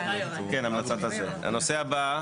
יושב ראש המועצה הארצית,